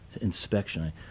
inspection